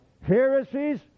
heresies